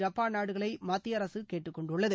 Japan நாடுகளை மத்திய அரசு கேட்டுக்கொண்டுள்ளது